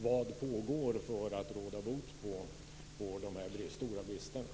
Vad pågår för att råda bot på de här stora bristerna?